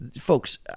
Folks